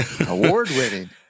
Award-winning